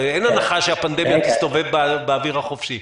הרי אין הנחה שהפנדמיה תסתובב באוויר החופשי.